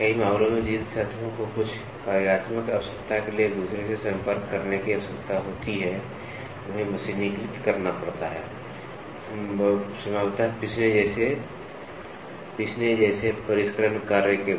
कई मामलों में जिन सतहों को कुछ कार्यात्मक आवश्यकता के लिए एक दूसरे से संपर्क करने की आवश्यकता होती है उन्हें मशीनीकृत करना पड़ता है संभवतः पीसने जैसे परिष्करण कार्य के बाद